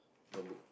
what book